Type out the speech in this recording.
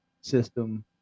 system